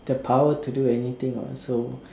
the power to do anything [what] so